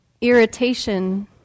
irritation